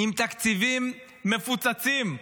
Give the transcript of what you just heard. עם תקציבים מפוצצים.